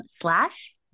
slash